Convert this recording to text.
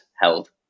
held